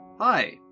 Hi